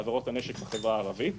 בעבירות הנשק בחברה הערבית,